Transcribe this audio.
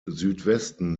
südwesten